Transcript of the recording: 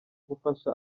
gufasha